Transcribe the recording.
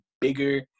bigger